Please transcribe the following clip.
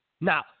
Now